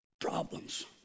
problems